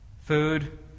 Food